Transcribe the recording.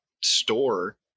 store